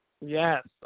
Yes